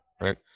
right